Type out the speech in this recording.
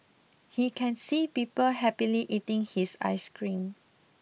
he can see people happily eating his ice cream